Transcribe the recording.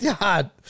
God